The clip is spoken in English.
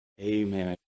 Amen